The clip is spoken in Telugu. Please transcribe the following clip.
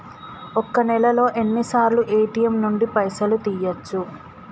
ఒక్క నెలలో ఎన్నిసార్లు ఏ.టి.ఎమ్ నుండి పైసలు తీయచ్చు?